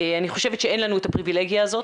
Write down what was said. אני חושבת שאין לנו את הפריבילגיה הזאת.